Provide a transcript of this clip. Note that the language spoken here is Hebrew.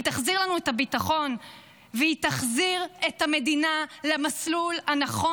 היא תחזיר לנו את הביטחון והיא תחזיר את המדינה למסלול הנכון.